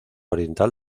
oriental